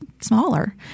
smaller